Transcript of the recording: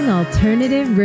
alternative